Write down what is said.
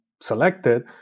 selected